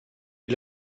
est